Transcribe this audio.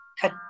cut